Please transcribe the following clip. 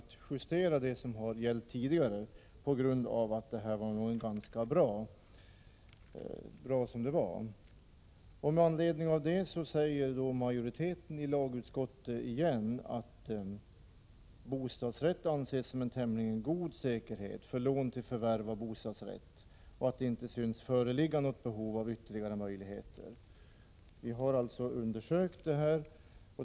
Då sade man att det inte fanns anledning att justera de regler som gällde tidigare och fortfarande gäller. De har fungerat bra. Majoriteten i lagutskottet utttalar i år igen att en bostadsrätt anses som en tämligen god säkerhet för lån till förvärv av bostadsrätt och att det inte syns föreligga något behov av ytterligare möjligheter att belåna bostadsrätter. Utskottet har alltså undersökt hur det förhåller sig.